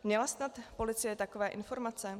Měla snad policie takové informace?